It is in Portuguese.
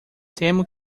temo